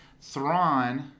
Thrawn